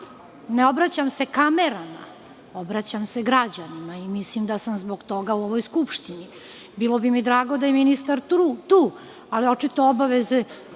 ne obraćam se kamerama, obraćam se građanima i mislim da sam zbog toga u ovoj skupštini. Bilo bi mi drago da je ministar tu, ali očito mu obaveze